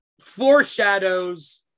foreshadows